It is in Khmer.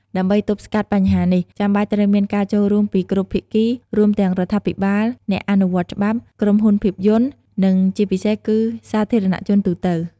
ដើម្បីទប់ស្កាត់បញ្ហានេះ ចាំបាច់ត្រូវមានការចូលរួមពីគ្រប់ភាគី រួមទាំងរដ្ឋាភិបាល អ្នកអនុវត្តច្បាប់ ក្រុមហ៊ុនភាពយន្ត និងជាពិសេសគឺសាធារណជនទូទៅ។